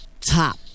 Top